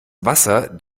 wasser